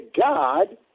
God